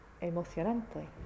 emocionante